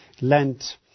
Lent